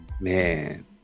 man